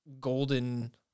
golden